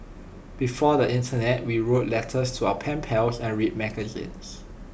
before the Internet we wrote letters to our pen pals and read magazines